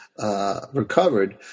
recovered